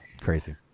crazy